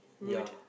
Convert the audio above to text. yeah